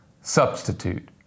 substitute